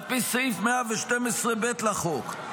על פי סעיף 112(ב) לחוק.